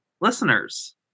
listeners